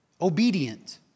obedient